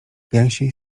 gęsiej